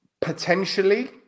Potentially